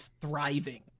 thriving